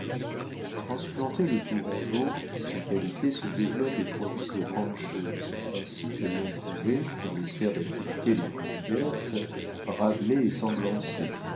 transplantez le tourangeau ses qualités se développent et produisent de grandes choses ainsi que l'ont prouvé dans les sphères d'activité les plus diverses rabelais et semblançay